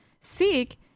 Seek